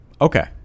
Okay